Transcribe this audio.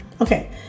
Okay